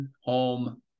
home